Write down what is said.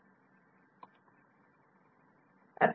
Y A